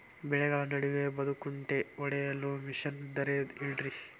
ಬೆಳೆಗಳ ನಡುವೆ ಬದೆಕುಂಟೆ ಹೊಡೆಯಲು ಮಿಷನ್ ಇದ್ದರೆ ಹೇಳಿರಿ